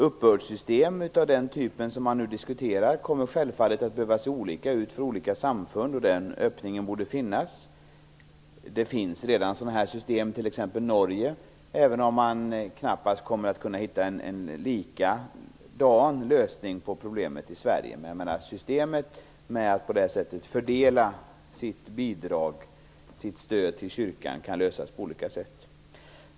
Uppbördssystemet av den typ som man nu diskuterar kommer självfallet att behöva se olika ut för olika samfund. Den öppningen borde finnas. Det finns redan sådana här system, t.ex. i Norge, även om man knappast kommer att kunna hitta en lika bra lösning på problemet i Sverige. Frågan om systemet med en fördelning av stödet till kyrkan kan lösas på olika sätt.